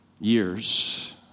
years